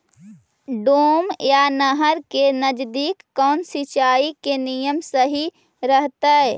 Dam या नहर के नजदीक कौन सिंचाई के नियम सही रहतैय?